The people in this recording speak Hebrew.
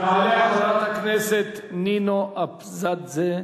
תעלה חברת הכנסת נינו אבסדזה.